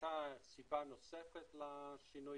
הייתה סיבה נוספת לשינוי,